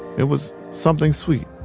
it was something sweet,